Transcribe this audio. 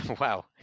Wow